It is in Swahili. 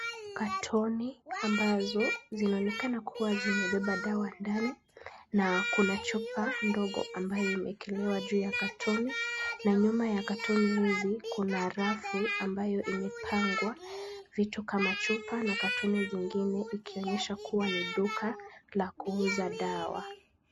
Katoni ambazo zinaonekana kuwa zimebeba dawa ndani na kuna chupa ndogo ambayo imewelelewa juu ya katoni na nyuma ya katoni hizi kuna rafu ambayo imepangwa vitu kama chupa na katoni zingine, ikionyesha kuwa ni duka la kuuza dawa.